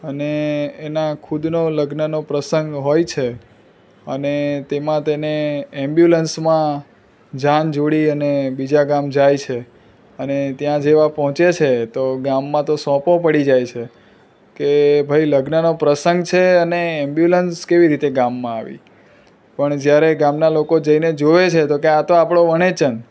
અને એના ખુદનો લગ્નનો પ્રસંગ હોય છે અને તેમાં તેને એંબ્યુલન્સમાં જાન જોડી અને બીજા ગામ જાય છે અને ત્યાં જેવા પહોંચે છે તો ગામમાં તો સોંપો પડી જાય છે કે ભાઈ લગ્નનો પ્રસંગ છે અને એંબ્યુલન્સ કેવી રીતે ગામમાં આવી પણ જ્યારે ગામનાં લોકો જઈને જુએ છે તો કહે આ તો આપણો વનેચંદ